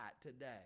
today